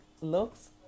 looks